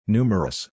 Numerous